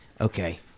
okay